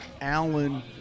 Allen